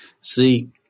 See